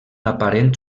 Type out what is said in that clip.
aparent